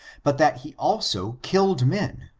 but that he also killed men,